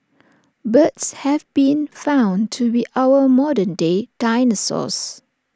birds have been found to be our modern day dinosaurs